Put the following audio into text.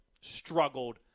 struggled